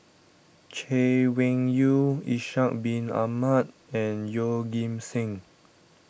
Chay Weng Yew Ishak Bin Ahmad and Yeoh Ghim Seng